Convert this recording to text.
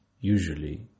usually